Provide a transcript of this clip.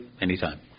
anytime